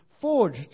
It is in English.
forged